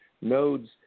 Nodes